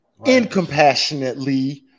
incompassionately